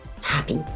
Happy